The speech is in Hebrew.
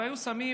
והיו שמים,